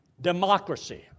Democracy